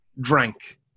drank